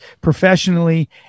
professionally